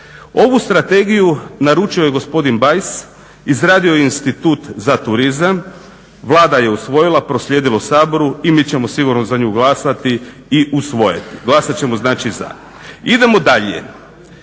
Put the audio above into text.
Ovu strategiju naručio je gospodin Bajs, izradio je institut za turizma, Vlada je usvojila, proslijedila Saboru i mi ćemo sigurno za nju glasati i usvojiti. Glasat ćemo znači za. Idemo dalje,